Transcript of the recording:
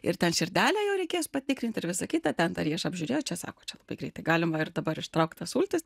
ir ten širdelę jau reikės patikrint ir visa kita ten tą riešą apžiūrėjo čia sako čia labai greitai galima ir dabar ištraukt tas sultis